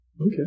Okay